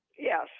Yes